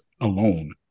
alone